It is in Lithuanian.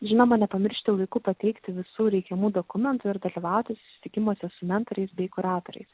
žinoma nepamiršti laiku pateikti visų reikiamų dokumentų ir dalyvauti susitikimuose su mentoriais bei kuratoriais